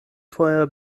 feuer